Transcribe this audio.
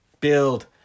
build